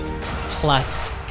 plus